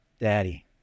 Daddy